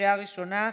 לקריאה ראשונה,